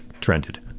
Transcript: Trended